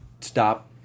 stop